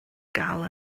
gael